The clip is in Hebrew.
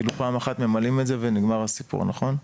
כאילו פעם אחת ממלאים את זה ונגמר הסיפור נכון?